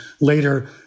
Later